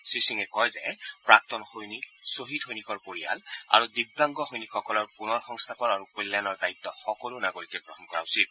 শ্ৰীসিঙে কয় যে প্ৰাক্তন সৈনিক ছহিদ সৈনিকৰ পৰিয়াল আৰু দিব্যাংগ সৈনিকসকলৰ পুনৰ সংস্থাপন আৰু কল্যাণৰ দায়িত্ব সকলো নাগৰিকে গ্ৰহণ কৰা উচিত